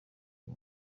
uyu